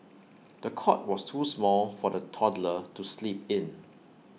the cot was too small for the toddler to sleep in